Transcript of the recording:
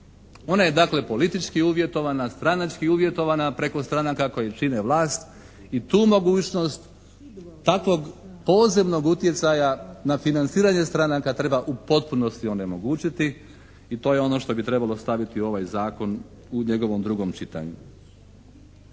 Ona je dakle politički uvjetovana, stranački uvjetovana preko stranaka koje čine vlast i tu mogućnost takvog posebnog utjecaja na financiranje stranaka treba u potpunosti onemogućiti i to je ono što bi trebalo staviti u ovaj Zakon u njegovom drugom čitanju.